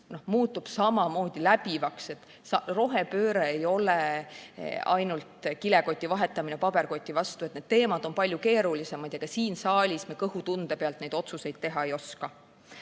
muutub samamoodi läbivaks. Rohepööre ei ole ainult kilekoti vahetamine paberkoti vastu, need teemad on palju keerulisemad. Ka siin saalis me kõhutunde pealt neid otsuseid teha ei oska.